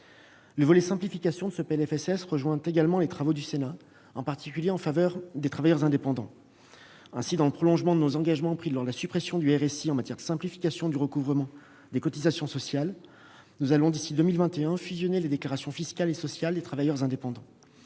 Le volet « simplification » de ce PLFSS rejoint également les travaux du Sénat et, en particulier, ceux qu'il a menés en faveur des travailleurs indépendants. Dans le prolongement de nos engagements pris lors de la suppression du régime social des indépendants (RSI) en matière de simplification du recouvrement des cotisations sociales, nous allons, d'ici à 2021, fusionner les déclarations fiscales et sociales des travailleurs indépendants.